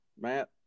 Matt